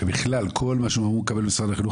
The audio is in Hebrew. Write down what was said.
שבכל כל שהם אמרו לקבל במשרד החינוך